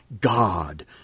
God